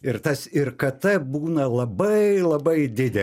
ir tas ir k t būna labai labai dide